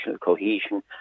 cohesion